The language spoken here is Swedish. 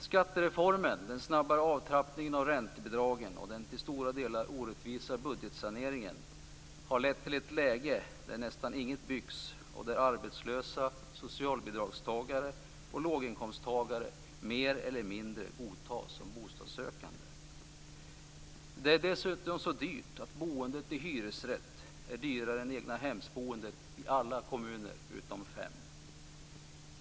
Skattereformen, den snabbare avtrappningen av räntebidragen och den till stora delar orättvisa budgetsaneringen har lett till att nästan inget byggs och till att arbetslösa, socialbidragstagare och låginkomsttagare ofta inte godtas som bostadssökande. Boendet i hyresrätt är dessutom så dyrt att det är dyrare än egna-hemsboendet i alla kommuner utom fem.